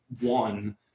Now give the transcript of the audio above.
One